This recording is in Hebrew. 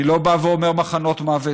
אני לא בא ואומר מחנות מוות.